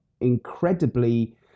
incredibly